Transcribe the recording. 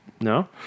No